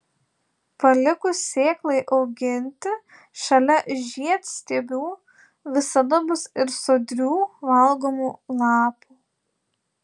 palikus sėklai auginti šalia žiedstiebių visada bus ir sodrių valgomų lapų